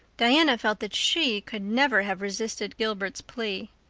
diana felt that she could never have resisted gilbert's plea.